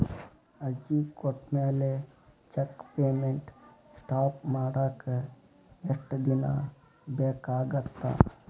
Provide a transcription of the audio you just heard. ಅರ್ಜಿ ಕೊಟ್ಮ್ಯಾಲೆ cheque payment stop ಮಾಡಾಕ ಎಷ್ಟ ದಿನಾ ಬೇಕಾಗತ್ತಾ